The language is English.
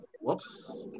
whoops